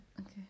Okay